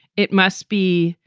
it must be,